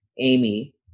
Amy